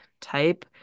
type